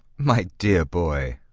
my dear boy!